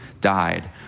died